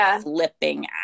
flipping